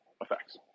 effects